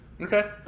Okay